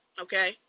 Okay